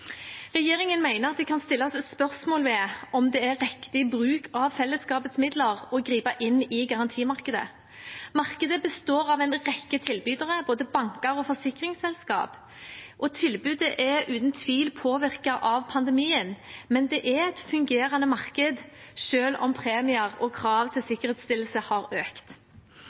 Regjeringen mener at det kan stilles spørsmål ved om det er riktig bruk av fellesskapets midler å gripe inn i garantimarkedet. Markedet består av en rekke tilbydere, både banker og forsikringsselskaper. Tilbudet er uten tvil påvirket av pandemien, men det er et fungerende marked selv om premier og krav til sikkerhetsstillelse har økt.